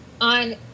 on